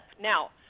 Now